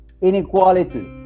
inequality